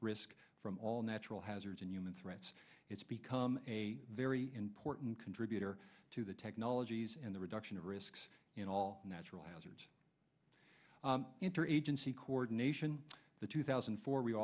risk from all natural hazards and human threats it's become a very important contributor to the technologies and the reduction of risks in all natural hazards interagency coordination the two thousand